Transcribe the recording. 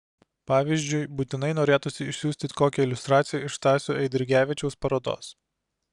pavyzdžiui būtinai norėtųsi išsiųsti kokią iliustraciją iš stasio eidrigevičiaus parodos